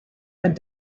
and